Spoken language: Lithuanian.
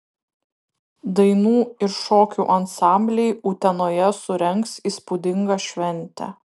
dainų ir šokių ansambliai utenoje surengs įspūdingą šventę